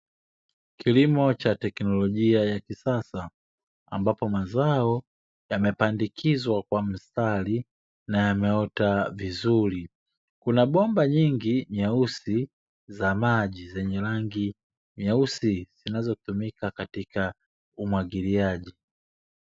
Kilimo cha teknolojia ya kisasa ambapo mazao yamepandikizwa kwa mstari na yameota vizuri, kuna bomba nyingi nyeusi za maji zenye rangi nyeusi zinazotumika katika umwagiliaji.